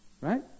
Right